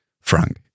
Frank